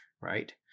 right